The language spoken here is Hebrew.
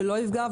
שזה לא יפגע,